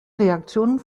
reaktionen